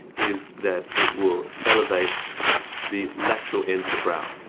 is that it will elevate the lateral ends of the brow.